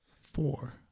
Four